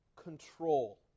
control